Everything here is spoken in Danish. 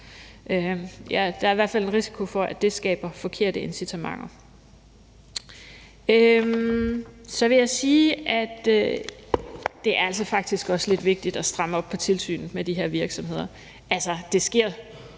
Der er i hvert fald en risiko for, at det skaber forkerte incitamenter. Så vil jeg sige, at det faktisk også er lidt vigtigt at stramme op på tilsynet med de her virksomheder. Det sker